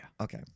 Okay